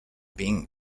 being